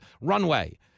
runway